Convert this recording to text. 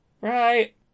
Right